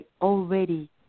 already